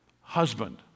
husband